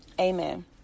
Amen